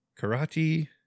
Karate